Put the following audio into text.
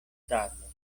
tablo